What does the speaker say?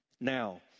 Now